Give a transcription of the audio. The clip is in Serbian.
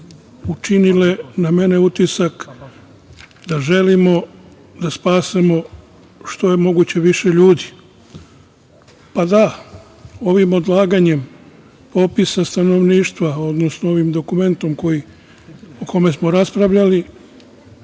učinile na mene utisak da želimo da spasemo što je moguće više ljudi, pa da ovim odlaganjem popisa stanovništva, odnosno ovim dokumentom o kome smo raspravljali